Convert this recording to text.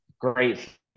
great